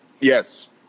Yes